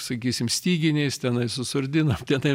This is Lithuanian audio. sakysim styginiais tenais su surdinom tenai